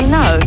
no